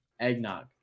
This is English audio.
eggnog